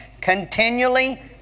Continually